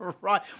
Right